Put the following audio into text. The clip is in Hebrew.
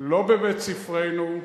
לא בבית-ספרנו,